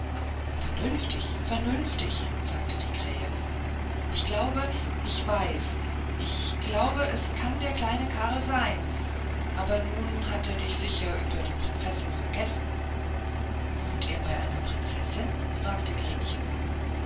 vernünftig vernünftig sagte die krähe ich glaube ich weiß ich glaube es kann der kleine karl sein aber nun hat er dich sicher über der prinzessin vergessen wohnt er bei einer prinzessin fragte gretchen